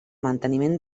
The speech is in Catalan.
manteniment